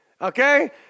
Okay